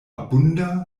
abunda